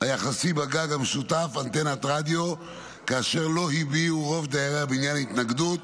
היחסי בגג המשותף אנטנת רדיו כאשר לא הביעו רוב דיירי הבניין התנגדות